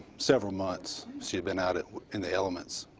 several months she had been out in the elements.